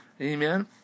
Amen